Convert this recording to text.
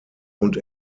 und